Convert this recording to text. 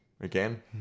again